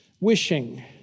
wishing